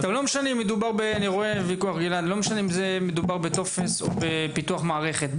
טוב, לא משנה אם זה מדובר בטופס או בפיתוח מערכת.